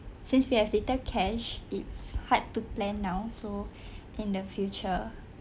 since we have little cash it's hard to plan now so in the future